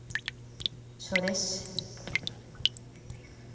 ᱥᱚᱨᱮᱥ